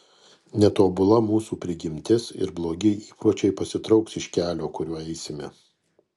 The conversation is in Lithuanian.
netobula mūsų prigimtis ir blogi įpročiai pasitrauks iš kelio kuriuo eisime